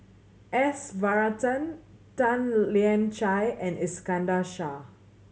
S Varathan Tan Lian Chye and Iskandar Shah